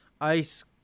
ice